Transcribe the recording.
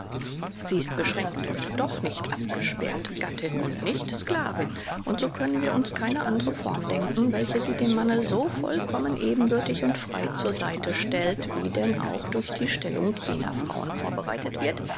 sie ist beschränkt und doch nicht abgesperrt gattin und nicht sklavin und so können wir uns keine andere form denken welche sie dem manne so vollkommen ebenbürtig und frei zu seite stellte wie denn auch dadurch die stellung jener frauen vorbereitet wird